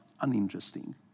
Uninteresting